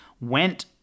went